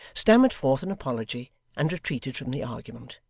stammered forth an apology and retreated from the argument.